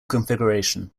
configuration